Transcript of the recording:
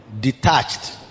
Detached